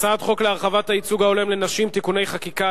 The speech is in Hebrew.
הצעת חוק להרחבת הייצוג ההולם לנשים (תיקוני חקיקה),